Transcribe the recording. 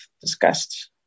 discussed